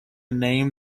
name